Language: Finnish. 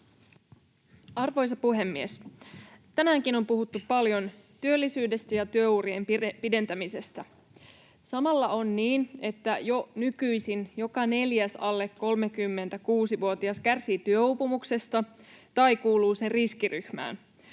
Arvoisa puhemies! Tänäänkin on puhuttu paljon työllisyydestä ja työurien pidentämisestä. Samalla on niin, että jo nykyisin joka neljäs alle 36-vuotias kärsii työuupumuksesta tai kuuluu sen riskiryhmään.